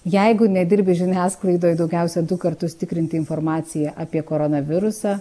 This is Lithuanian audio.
jeigu nedirbi žiniasklaidoj daugiausia du kartus tikrinti informaciją apie koronavirusą